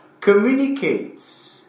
communicates